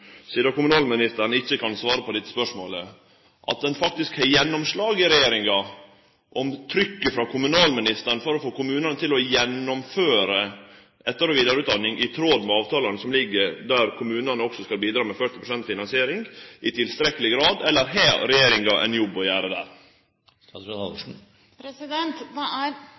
kommunalministeren ikkje kan svare på dette spørsmålet, at ein får gjennomslag i regjeringa, at trykket frå kommunalministeren for å få kommunane til å gjennomføre etter- og vidareutdanning i samsvar med avtalane som ligg føre, der kommunane skal bidra med 40 pst. finansiering, er der i tilstrekkeleg grad, eller har regjeringa ein jobb å gjere her? Det